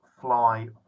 fly